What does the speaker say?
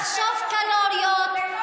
לחשב קלוריות,